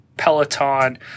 Peloton